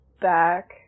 back